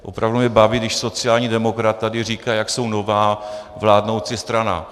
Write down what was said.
Opravdu mě baví, když sociální demokrat tady říká, jak jsou nová vládnoucí strana.